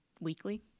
weekly